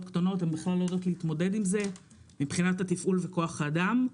קטנות שבכלל לא יודעות להתמודד עם זה בתפעול ובכוח אדם.